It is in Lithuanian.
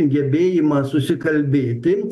gebėjimą susikalbėti